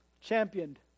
championed